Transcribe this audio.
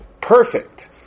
perfect